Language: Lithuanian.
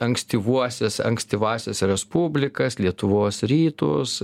ankstyvuosias ankstyvąsias respublikas lietuvos rytus